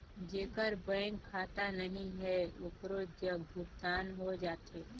जेकर बैंक खाता नहीं है ओकरो जग भुगतान हो जाथे?